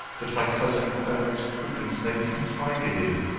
that my cousin clary's prudence may be confided in.